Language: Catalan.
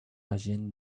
agent